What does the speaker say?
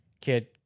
kid